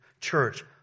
church